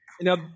Now